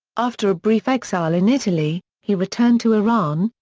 after a brief exile in italy, he returned to iran,